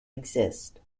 exist